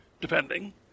depending